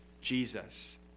Jesus